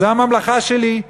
זה הממלכה שלי.